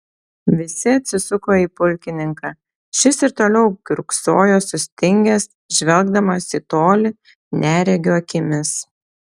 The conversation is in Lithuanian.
visi atsisuko į pulkininką šis ir toliau kiurksojo sustingęs žvelgdamas į tolį neregio akimis